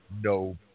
no